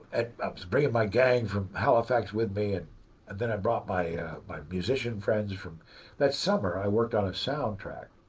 i was bringing my gang from halifax with me. and then i brought by my musician friends from that summer i worked on a soundtrack